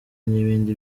n’ibindi